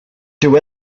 dyw